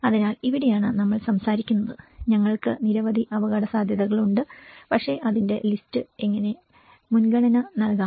അതിനാൽ ഇവിടെയാണ് നമ്മൾ സംസാരിക്കുന്നത് ഞങ്ങൾക്ക് നിരവധി അപകടസാധ്യതകളുണ്ട് പക്ഷേ അതിന്റെ ലിസ്റ്റിന് എങ്ങനെ മുൻഗണന നൽകാം